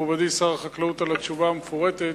מכובדי שר החקלאות, תודה על התשובה המפורטת.